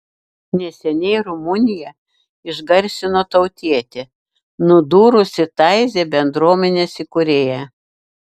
neseniai rumuniją išgarsino tautietė nudūrusi taizė bendruomenės įkūrėją